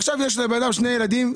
עכשיו יש לבן אדם שני ילדים,